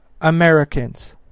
Americans